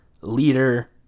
Leader